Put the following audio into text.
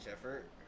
effort